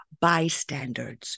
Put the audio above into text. bystanders